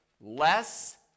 less